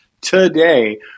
today